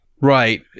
right